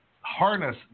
harness